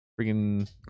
freaking